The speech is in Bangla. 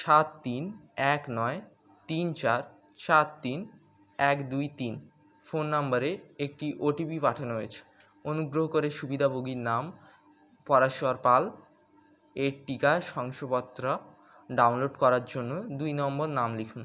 সাত তিন এক নয় তিন চার চাত তিন এক দুই তিন ফোন নম্বরে একটি ওটিপি পাঠানো হচ্ছে অনুগ্রহ করে সুবিধাভোগীর নাম পরশ্বর পাল এর টিকা শংসপত্র ডাউনলোড করার জন্য দুই নম্বর নাম লিখুন